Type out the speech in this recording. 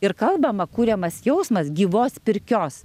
ir kalbama kuriamas jausmas gyvos pirkios